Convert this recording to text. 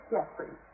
Jeffrey